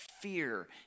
fear